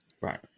Right